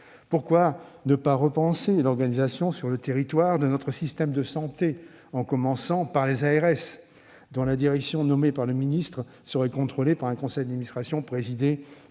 Pourquoi ne pas repenser l'organisation sur le territoire de notre système de santé, en commençant par les ARS, dont la direction, nommée par le ministre, serait contrôlée par un conseil d'administration présidé